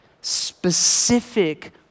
specific